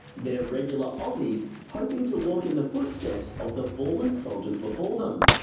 they're regular aussies hoping to walk in the footsteps of the fallen soldiers before them,